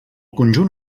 conjunt